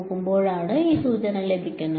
നോക്കുമ്പോഴാണ് ആ സൂചന ലഭിക്കുന്നത്